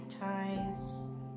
ties